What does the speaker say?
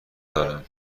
دارم